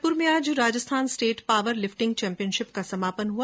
भरतपुर में आज Rajasthan state power lifting championship का समापन हुआ